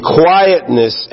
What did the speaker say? quietness